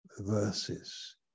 verses